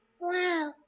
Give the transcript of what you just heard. wow